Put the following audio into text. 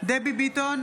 דבי ביטון,